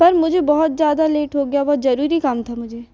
पर मुझे बहुत ज़्यादा लेट हो गया बहुत ज़रूरी काम था मुझे